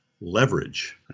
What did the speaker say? leverage